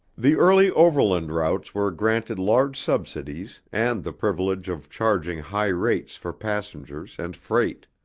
the early overland routes were granted large subsidies and the privilege of charging high rates for passengers and freight.